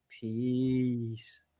Peace